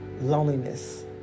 loneliness